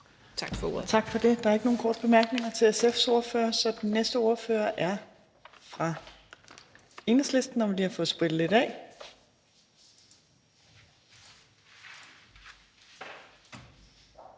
Tak for det. Der er ikke nogen korte bemærkninger til SF's ordfører, så den næste ordfører er fra Enhedslisten. Vi skal lige have sprittet lidt af.